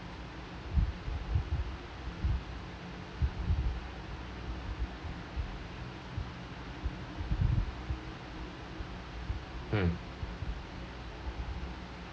uh